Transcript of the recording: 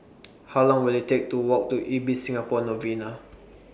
How Long Will IT Take to Walk to Ibis Singapore Novena